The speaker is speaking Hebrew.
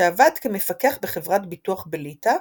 שעבד כמפקח בחברת ביטוח בליטא,